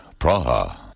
Praha